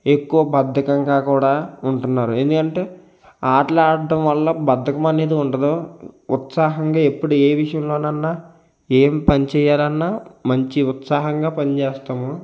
ఎక్కువ బద్దకంగా కూడా ఉంటున్నారు ఎందుకంటే ఆటలు ఆడ్డం వల్ల బద్దకం అనేది ఉండదు ఉత్సాహంగా ఎప్పుడు ఏ విషయంలోనైనా ఏం పని చేయాలన్నా మంచి ఉత్సాహంగా పనిచేస్తాము